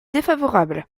défavorable